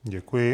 Děkuji.